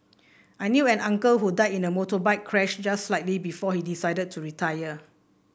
I knew an uncle who died in a motorbike crash just slightly before he decided to retire